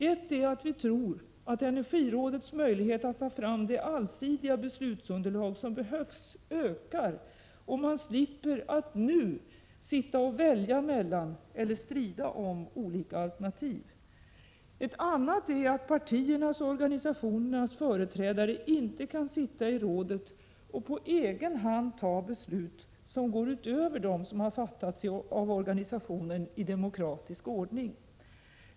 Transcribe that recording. Ett är att vi tror att energirådets möjligheter att ta fram det allsidiga beslutsunderlag som behövs ökar, om man slipper att nu sitta och välja mellan eller strida om olika alternativ. Ett annat är att partiernas och organisationernas företrädare inte kan sitta i rådet och på egen hand fatta beslut som går utöver dem som fattats av organisationen i demokratisk ordning.